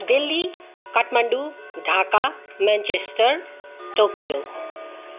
Delhi Kathmandu Dhaka Manchester Tokyo